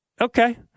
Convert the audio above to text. Okay